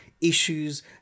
issues